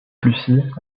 lucie